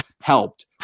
helped